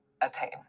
attain